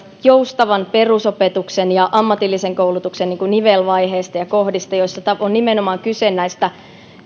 joustavan perusopetuksen ja ammatillisen koulutuksen nivelvaiheesta ja kohdista joissa on nimenomaan kyse näistä